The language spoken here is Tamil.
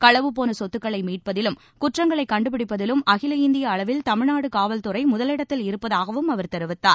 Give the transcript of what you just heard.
களவு போன சொத்துக்களை மீட்பதிலும் குற்றங்களை கண்டுபிடிப்பதிலும் அகில இந்திய அளவில் தமிழ்நாடு காவல்துறை முதலிடத்தில் இருப்பதாகவும் அவர் தெரிவித்தார்